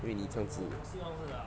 因为你这样子